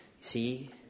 See